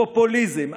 הפופוליזם,